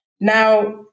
Now